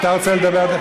אתה רוצה לדבר?